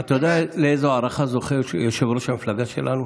אתה יודע לאיזו הערכה זוכה יושב-ראש המפלגה שלנו,